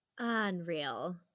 unreal